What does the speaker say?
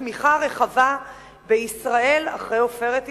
התמיכה הרחבה בישראל אחרי "עופרת יצוקה"